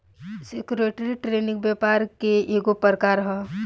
security trading व्यापार के ईगो प्रकार ह